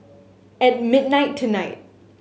at midnight tonight